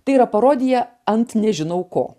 tai yra parodija ant nežinau ko